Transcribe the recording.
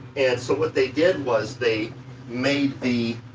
and so what they did was they made the